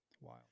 Wow